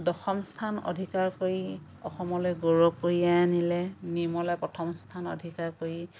দশম স্থান অধিকাৰ কৰি অসমলৈ গৌৰৱ কঢ়িয়াই আনিলে নিৰ্মলে প্ৰথম স্থান অধিকাৰ কৰি